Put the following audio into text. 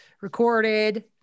recorded